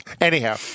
Anyhow